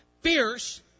fierce